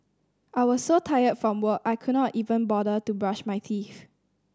I was so tired from work I could not even bother to brush my teeth